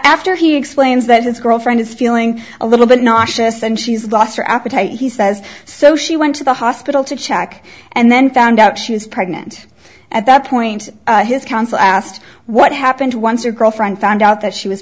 after he explains that his girlfriend is feeling a little bit nauseous and she's lost her appetite he says so she went to the hospital to check and then found out she was pregnant at that point his counsel asked what happened once your girlfriend found out that she was